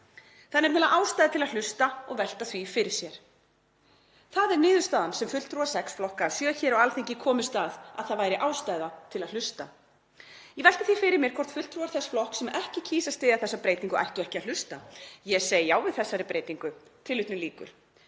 Það er nefnilega ástæða til að hlusta og velta því fyrir sér. Það er niðurstaðan sem fulltrúar sex flokka af sjö hér á Alþingi komust að, að það væri ástæða til að hlusta. Ég velti því fyrir mér hvort fulltrúar þess flokks sem ekki kýs að styðja þessa breytingu ættu ekki að hlusta. Ég segi já við þessari breytingu.“ Hérna er